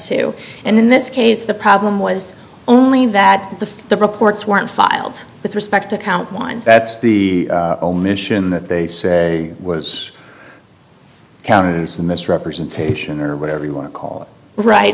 to and in this case the problem was only that the the reports weren't filed with respect to count one that's the omission that they say was counted misrepresentation or whatever you want to call right